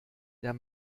der